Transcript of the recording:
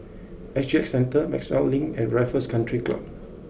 S G Centre Maxwell Link and Raffles Country Club